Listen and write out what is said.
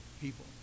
people